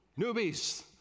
newbies